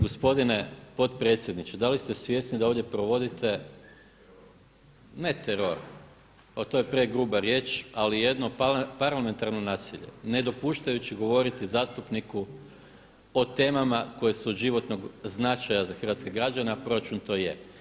Gospodine potpredsjedniče, da li ste svjesni da ovdje provodite, ne teror, to je pregruba riječ ali jedno parlamentarno nasilje, nedopuštajući govoriti zastupniku o temama koje su od životnog značaja za hrvatske građane a proračun to je.